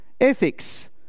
ethics